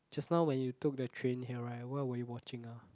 just now when you took the train here right what were you watching ah